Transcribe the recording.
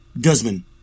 Guzman